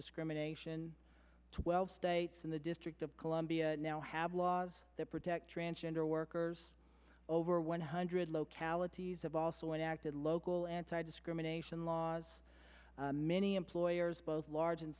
discrimination twelve states in the district of columbia now have laws that protect transgender workers over one hundred localities have also enacted local anti discrimination laws many employers both large and